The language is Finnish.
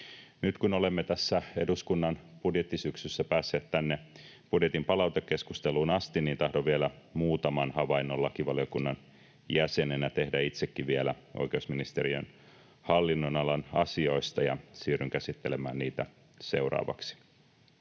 Nyt, kun olemme tässä eduskunnan budjettisyksyssä päässeet tänne budjetin palautekeskusteluun asti, tahdon vielä muutaman havainnon lakivaliokunnan jäsenenä tehdä itsekin oikeusministeriön hallinnonalan asioista ja siirryn käsittelemään niitä seuraavaksi.